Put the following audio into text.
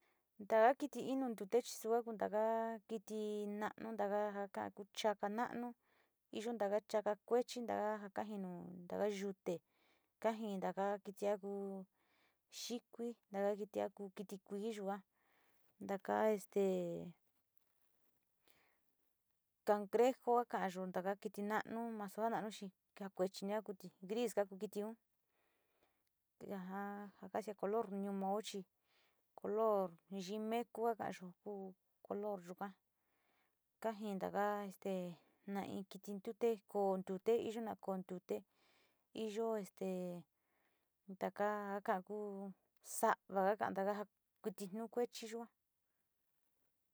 Taka kiti nu ntute suga ku taka kiti na´anu taka ja ku chaka na´anu, iyo tako chaka kuechi taka ja kajinu taka yute kajinida taka kitio kuu xikui taka kiti ja ku kui yua taka esta cangrejo kakayo taka kiti na´anu nu nasu ja na´anu chi ja kuechi kakuti gris kaku kitiun ja jaa color nu mao chi color yi neku takayo ja ku color yuka kajindada este na in kiti ntute koo ntute iyo na koo ntute iyo este taka ja kaka sa´ava taka kiti nu kuechi yua.